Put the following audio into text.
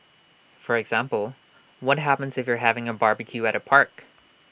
for example what happens if you're having A barbecue at A park